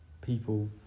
people